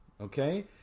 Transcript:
okay